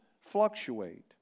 fluctuate